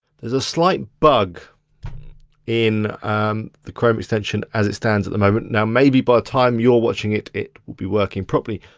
there's a slight bug in the chrome extension as it stands at the moment. now maybe by the time you're watching it, it will be working properly.